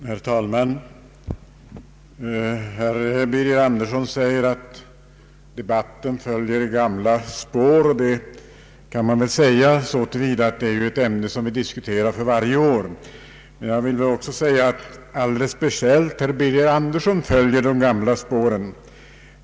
Herr talman! Herr Birger Andersson påstår att debatten följer gamla spår, och det kan man väl säga så till vida att detta är ett ämne som vi diskuterar varje år. Jag vill påstå att alldeles speciellt herr Birger Andersson följer de gamla spåren.